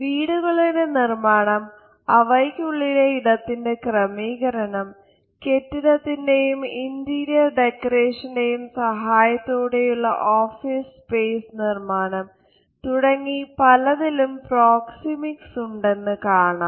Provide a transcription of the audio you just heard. വീടുകളുടെ നിർമാണം അവയ്ക്കുള്ളിലുള്ള ഇടത്തിന്റെ ക്രമീകരണം കെട്ടിടത്തിന്റെയും ഇന്റീരിയർ ഡെക്കറേഷന്റെയും സഹായത്തോടെയുള്ള ഓഫീസ് സ്പേസ് നിർമാണം തുടങ്ങി പലതിലും പ്രോക്സിമിക്സ് ഉണ്ടെന്നു കാണാം